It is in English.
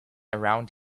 around